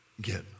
get